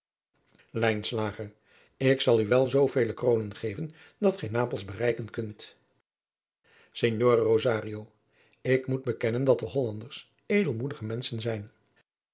ik zal u wel zoovele kroonen geven dat gij napels bereiken kunt signore rosario ik moet bekennen dat de hollanders edelmoedige menschen zijn